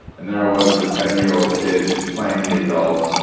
and there i was a ten-year-old kid playing the adult,